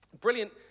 brilliant